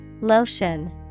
Lotion